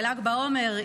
בל"ג בעומר,